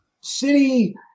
city